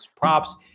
props